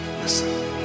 Listen